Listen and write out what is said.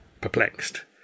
perplexed